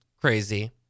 crazy